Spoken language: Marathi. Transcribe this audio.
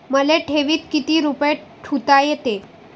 मले ठेवीत किती रुपये ठुता येते?